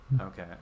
Okay